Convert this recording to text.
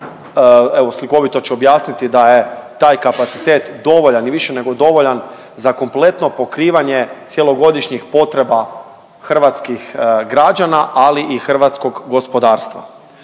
slikovito ću objasniti da je taj kapacitet dovoljan i više nego dovoljan za kompletno pokrivanje cjelogodišnjih potreba hrvatskih građana, ali i hrvatskog gospodarstva.